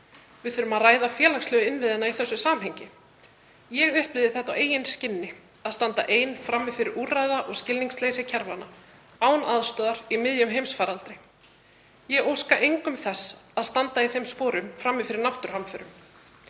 Við þurfum að ræða félagslegu innviðina í þessu samhengi. Ég upplifði það á eigin skinni að standa ein, án aðstoðar, frammi fyrir úrræða- og skilningsleysi kerfanna í miðjum heimsfaraldri. Ég óska engum þess að standa í þeim sporum frammi fyrir náttúruhamförum.